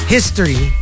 History